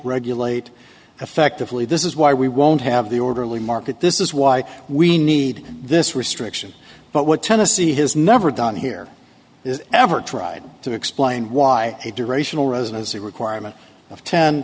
regulate effectively this is why we won't have the orderly market this is why we need this restriction but what tennessee has never done here is ever tried to explain why a durational residency requirement of ten